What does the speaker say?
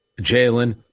Jalen